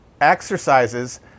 exercises